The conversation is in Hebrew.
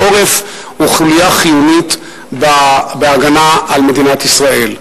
העורף הוא חוליה חיונית בהגנה על מדינת ישראל.